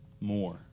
more